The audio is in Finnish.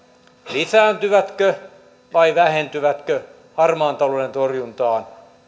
lisääntyvätkö vai vähentyvätkö harmaan talouden torjuntaan